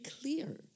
clear